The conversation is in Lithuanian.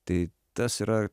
tai tas yra